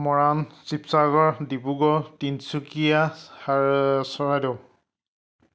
Moran Sivasagar Dibrugarh Tinsukia Charaideo